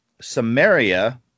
Samaria